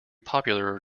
popular